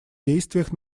действиях